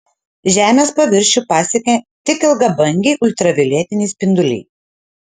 žemės paviršių pasiekia tik ilgabangiai ultravioletiniai spinduliai